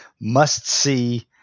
must-see